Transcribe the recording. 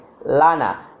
Lana